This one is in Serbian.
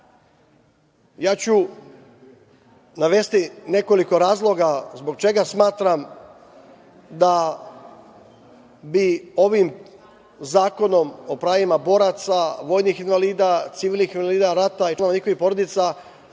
ću navesti nekoliko razloga zbog čega smatram da bi ovim Zakonom o pravima boraca, vojnih invalida, civilnih invalida rata i članova njihovih porodica